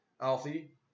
Alfie